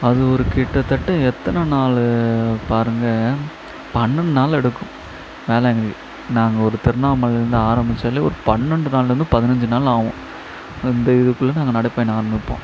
அது ஒரு கிட்டத்தட்ட எத்தனை நாள் பாருங்கள் பன்னெண்டு நாள் எடுக்கும் வேளாங்கண்ணி நாங்கள் ஒரு திருண்ணாமலைலேருந்து ஆரம்பித்தாலே ஒரு பன்னெண்டு நாள்லேருந்து பதினைஞ்சி நாள் ஆகும் அந்த இதுக்குள்ளே நாங்கள் நடைப்பயணம் ஆரம்பிப்போம்